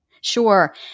Sure